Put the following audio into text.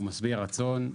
הוא משביע רצון.